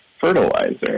fertilizer